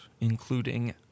including